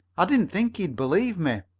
i didn't think he'd believe me.